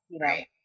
right